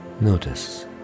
notice